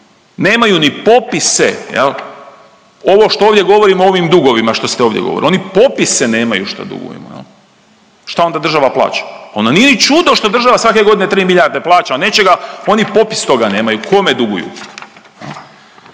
Nemaju ni popise jel ovo što ovdje govorimo o ovim dugovima što te ovdje govorili, oni popise nemaju što dugujemo jel. Šta onda država plaća? Onda nije ni čudo što država svake godine 3 milijarde plaća nečega oni popis toga nemaju kome duguju.